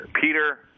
Peter